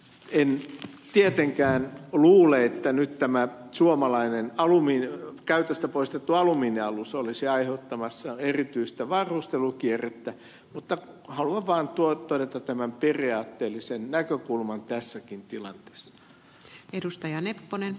en tietenkään luule että nyt tämä suomalainen käytöstä poistettu alumiinialus olisi aiheuttamassa erityistä varustelukierrettä mutta haluan vain todeta tämän periaatteellisen näkökulman tässäkin tilanteessa